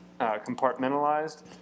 compartmentalized